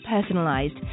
personalized